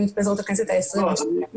עם התפזרות הכנסת ה-22,